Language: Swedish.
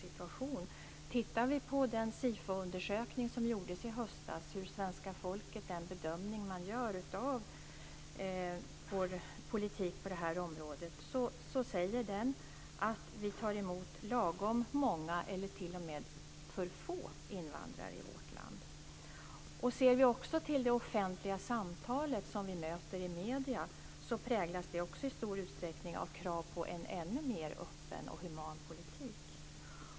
Om vi tittar på den Sifoundersökning som gjordes i höstas om vilken bedömning det svenska folket gör av vår politik på det här området, säger den att vi tar emot lagom många eller t.o.m. för få invandrare i vårt land. Om vi ser till det offentliga samtalet som vi möter i medierna, präglas det också i stor utsträckning av krav på en ännu mer öppen och human politik.